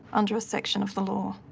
under a section of the law?